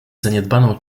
zaniedbaną